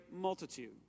multitude